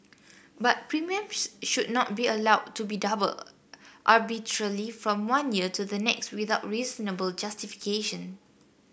but premiums should not be allowed to be doubled arbitrarily from one year to the next without reasonable justification